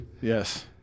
Yes